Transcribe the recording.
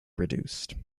reduced